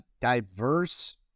diverse